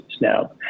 Now